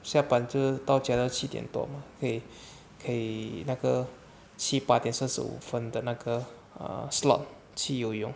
下班就是到家到七点多 mah 可以可以那个去八点三十五分的那个 err slot 去游泳